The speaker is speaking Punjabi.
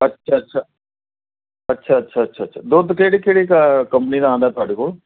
ਅੱਛਾ ਅੱਛਾ ਅੱਛਾ ਅੱਛਾ ਅੱਛਾ ਅੱਛਾ ਦੁੱਧ ਕਿਹੜੀ ਕਿਹੜੀ ਕਾ ਕੰਪਨੀ ਦਾ ਆਉਂਦਾ ਤੁਹਾਡੇ ਕੋਲ